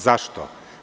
Zašto?